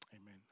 Amen